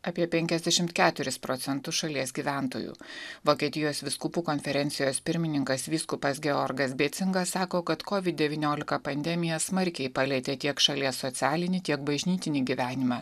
apie penkiasdešimt keturis procentus šalies gyventojų vokietijos vyskupų konferencijos pirmininkas vyskupas georgas bėcingas sako kad kovid devyniolika pandemija smarkiai palietė tiek šalies socialinį tiek bažnytinį gyvenimą